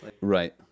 Right